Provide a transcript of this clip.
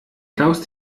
klaus